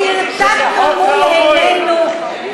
למה את מדברת על המשפחה?